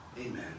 Amen